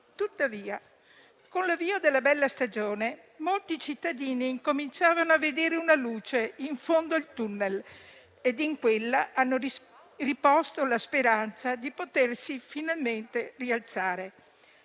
Tuttavia, con l'avvio della bella stagione, molti cittadini cominciavano a vedere una luce in fondo al tunnel e in quella hanno risposto la speranza di potersi finalmente rialzare.